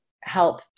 help